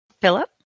Philip